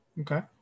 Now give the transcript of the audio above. Okay